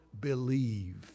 believe